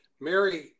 Mary